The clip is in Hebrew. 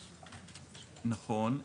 נכון,